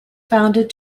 founded